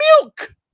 milk